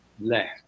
left